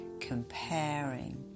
comparing